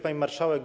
Pani Marszałek!